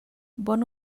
bon